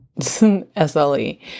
SLE